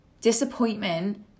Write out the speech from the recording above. Disappointment